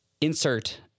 insert